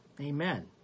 Amen